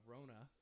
Rona